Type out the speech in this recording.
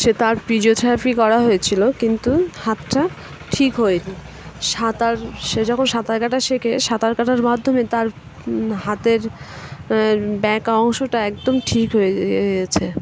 সে তার ফিজিওথেরাপি করা হয়েছিলো কিন্তু হাতটা ঠিক হয়নি সাঁতার সে যখন সাঁতার কাটা শেখে সাঁতার কাটার মাধ্যমে তার হাতের ব্যাকা অংশটা একদম ঠিক হয়েছে